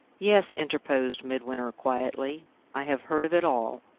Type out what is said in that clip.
yes, interposed midwinter, quietly i have heard of it all.